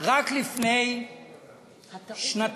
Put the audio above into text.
רק לפני שנתיים,